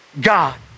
God